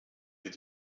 wird